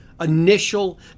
initial